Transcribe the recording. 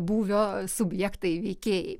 būvio subjektai veikėjai